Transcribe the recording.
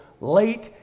late